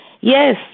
Yes